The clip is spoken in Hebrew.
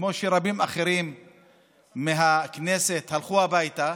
כמו שרבים אחרים מהכנסת הלכו הביתה,